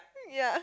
ya